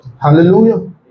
Hallelujah